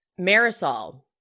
Marisol